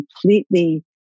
completely